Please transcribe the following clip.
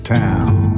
town